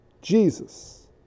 Jesus